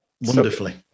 wonderfully